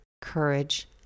courage